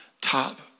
top